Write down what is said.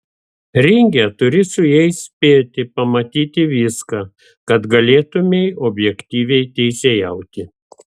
ringe turi su jais spėti pamatyti viską kad galėtumei objektyviai teisėjauti